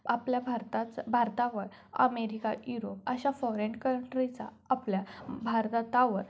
आपल्या भारताच भारतावर अमेरिका युरोप अशा फॉरेन कंट्रीचा आपल्या भारतातावर